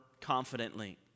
confidently